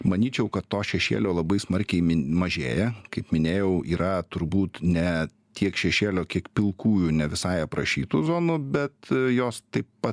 manyčiau kad to šešėlio labai smarkiai mažėja kaip minėjau yra turbūt ne tiek šešėlio kiek pilkųjų ne visai aprašytų zonų bet jos taip pat